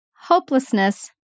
hopelessness